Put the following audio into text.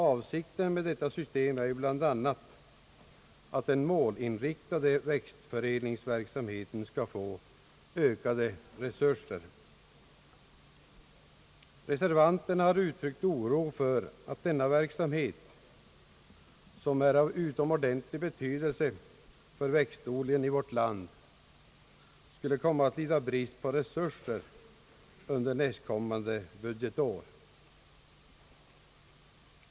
Avsikten med detta system är ju bl.a. att den målinriktade växtförädlingsverksamheten skall få ökade resurser. Reservanterna har uttryckt oro för att denna verksamhet, som är av utomordentlig betydelse för växtodlingen i vårt land, skulle komma att lida brist på resurser under nästkommande budgetår.